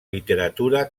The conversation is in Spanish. literatura